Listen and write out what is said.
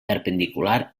perpendicular